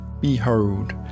Behold